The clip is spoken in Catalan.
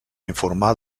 informar